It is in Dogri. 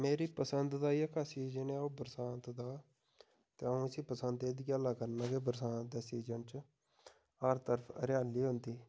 मेरी पसंद दा जेह्का सीजन ऐ ओह् बरसांत दा ते अ'ऊं इसी पसंद इद गल्लै करना कि बरसांत दे सीजन च हर तरफ हरियाली होंदी